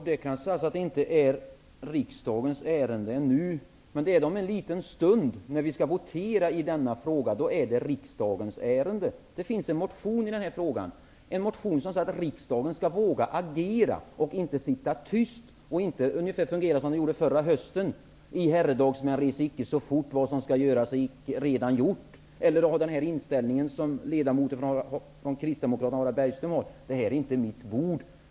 Herr talman! Ja, det här är kanske inte ännu ett ärende för riksdagen. Men om en liten stund är det så. Vi skall ju strax votera i denna fråga. I en motion i detta sammanhang sägs det att riksdagen skall våga agera. Riksdagen skall inte sitta tyst och fungera ungefär som den gjorde förra hösten. Jag skulle vilja säga: I herredagsmän, reser icke så fort! Vad göras skall är allaredan gjort. Inte heller får man ha samma inställning som kristdemokraten Harald Bergström har. Han säger ju: Det här är inte mitt bord.